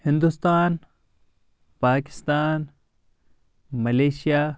Hindustan Pakistan Malaysia